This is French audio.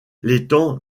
l’étang